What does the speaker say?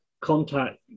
contact